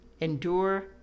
Endure